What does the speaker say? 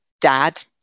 dad